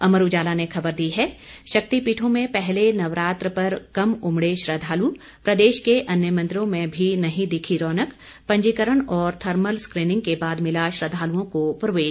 अमर उजाला ने खबर दी है शक्तिपीठों में पहले नवरात्र पर कम उमडे श्रद्धालु प्रदेश के अन्य मंदिरों में भी नहीं दिखी रौनक पंजीकरण और थर्मल स्क्रीनिंग के बाद मिला श्रद्दालुओं को प्रवेश